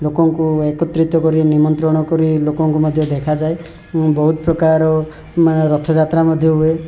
ଲୋକଙ୍କୁ ଏକତ୍ରିତ କରି ନିମନ୍ତ୍ରଣ କରି ଲୋକଙ୍କୁ ମଧ୍ୟ ଦେଖାଯାଏ ଏବଂ ବହୁତ ପ୍ରକାର ମାନେ ରଥଯାତ୍ରା ମଧ୍ୟ ହୁଏ